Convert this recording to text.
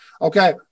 Okay